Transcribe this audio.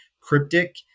cryptic